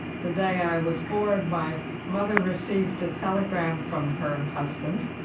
the day i was born, my mother received a telegram from her husband,